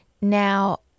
Now